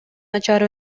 начар